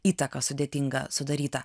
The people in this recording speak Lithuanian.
įtaką sudėtingą sudaryta